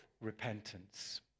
repentance